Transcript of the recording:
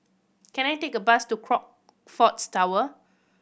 can I take a bus to Crockfords Tower